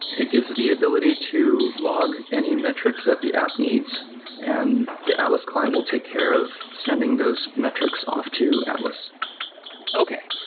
it gives the the ability to log any metric that the app needs and the atlas client will take care of sending those metrics off to atlas okay.